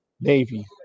Navy